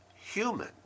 human